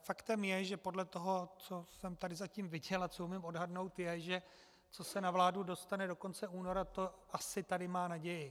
Faktem je, že podle toho, co jsem tady zatím viděl a co umím odhadnout, je, že co se na vládu dostane do konce února, to asi tady má naději.